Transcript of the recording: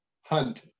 Hunt